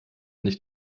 nicht